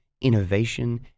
innovation